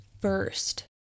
first